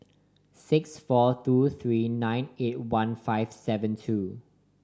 six four two three nine eight one five seven two